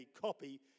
copy